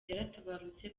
yaratabarutse